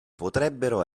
potrebbero